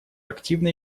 активно